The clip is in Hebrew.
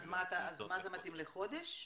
אז למה זה מתאים, לחודש?